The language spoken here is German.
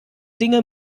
dinge